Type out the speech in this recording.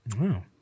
Wow